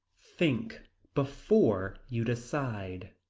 think before you decide.